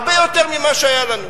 הרבה יותר ממה שהיה לנו.